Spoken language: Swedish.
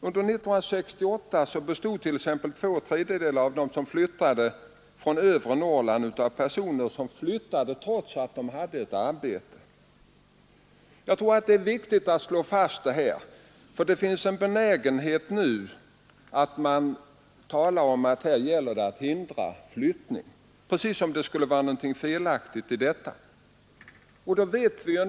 Under 1968 bestod t.ex. två tredjedelar av hela det antal människor som flyttade från övre Norrland av personer som flyttade trots att de hade arbete. Jag tror att det är viktigt att slå fast detta, för det finns en benägenhet att tala om att här gäller det att hindra flyttning — precis som om det skulle vara något felaktigt i att flytta.